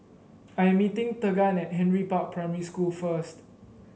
I am meeting Tegan at Henry Park Primary School first